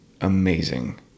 amazing